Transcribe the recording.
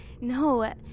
No